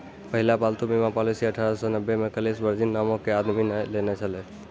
पहिला पालतू बीमा पॉलिसी अठारह सौ नब्बे मे कलेस वर्जिन नामो के आदमी ने लेने छलै